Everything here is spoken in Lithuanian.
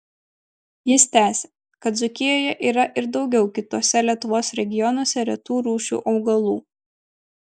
jis tęsia kad dzūkijoje yra ir daugiau kituose lietuvos regionuose retų rūšių augalų